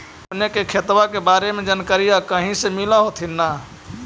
अपने के खेतबा के बारे मे जनकरीया कही से मिल होथिं न?